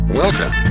Welcome